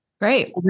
Great